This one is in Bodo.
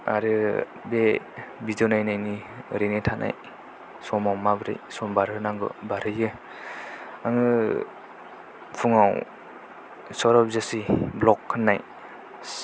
आरो बे भिडिय' नायनायनि ओरैनो थानाय समाव माब्रै सम बारहोनांगौ बारहोयो आङो फुङाव सौरभ जेस्सि ब्ल'ग होननाय